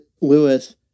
Lewis